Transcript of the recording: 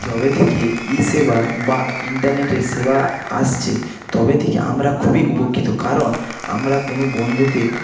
যবে থেকে ইসেবা বা ইন্টারনেটের সেবা আসছে তবে থেকে আমরা খুবই উপকৃত কারণ আমরা কোনো বন্ধুকে